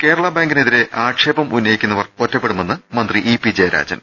കേരള ബാങ്കിനെതിരെ ആക്ഷേപ്ം ഉന്നയിക്കുന്നവർ ഒറ്റപ്പെ ടുമെന്ന് മന്ത്രി ഇ പി ജയ്രാജൻ